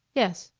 yes.